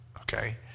okay